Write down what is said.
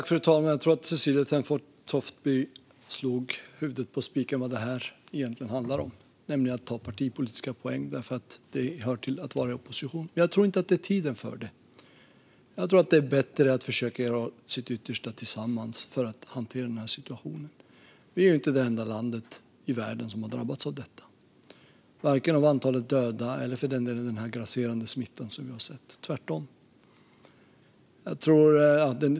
Fru talman! Jag tror att Cecilie Tenfjord Toftby slog huvudet på spiken när det gäller vad det här egentligen handlar om, nämligen att ta partipolitiska poäng. Det hör till när man är i opposition, men jag tror inte att detta är tiden för det. Jag tror att det är bättre att försöka göra sitt yttersta tillsammans för att hantera den här situationen. Vi är inte det enda landet i världen som har drabbats av detta, vare sig när det gäller antalet döda eller den grasserande smitta som vi har sett, utan tvärtom.